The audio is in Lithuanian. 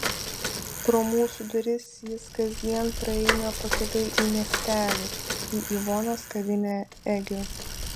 pro mūsų duris jis kasdien praeina pakeliui į miestelį į ivonos kavinę egiu